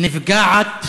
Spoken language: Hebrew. לפעול נפגעת